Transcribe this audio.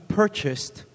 purchased